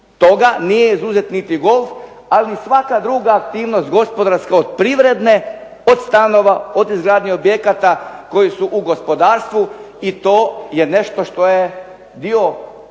Toga nije izuzet niti golf, ali i svaka druga aktivnost gospodarstvo privredne, od stanova, od izgradnje objekata koji su u gospodarstvu i to je nešto što je dio